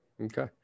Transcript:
okay